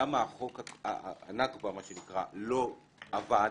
למה חוק הנכבה מה שנקרא, לא עבד?